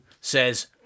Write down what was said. says